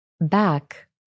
Back